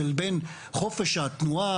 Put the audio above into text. של בין חופש התנועה,